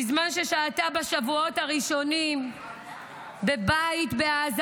בזמן ששהתה בשבועות הראשונים בבית בעזה,